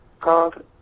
called